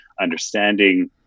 understanding